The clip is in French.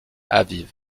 aviv